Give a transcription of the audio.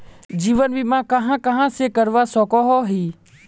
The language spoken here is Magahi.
जीवन बीमा कहाँ कहाँ से करवा सकोहो ही?